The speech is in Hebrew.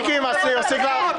מיקי, מספיק.